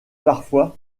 parfois